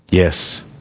Yes